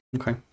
okay